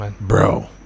Bro